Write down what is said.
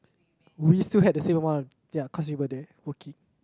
we still had the same amount ya cause we were there working